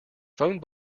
phone